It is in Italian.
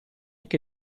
che